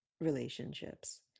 relationships